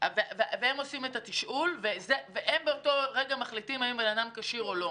הם עושים את התשאול ובאותו רגע הם מחליטים האם אדם כשיר או לא.